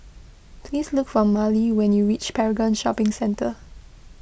please look for Miley when you reach Paragon Shopping Centre